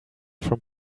from